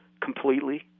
completely